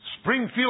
Springfield